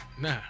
Nah